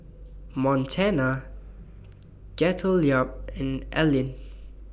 Montana Gottlieb and Allyn